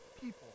people